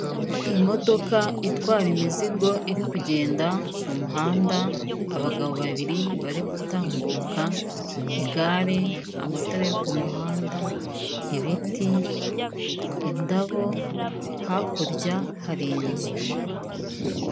Imodoka itwara imizigo iri kugenda mu muhanda, abagabo babiri bari gutambuka, igare amatara yo ku muhanda, ibiti, indabo hakurya hari inzu.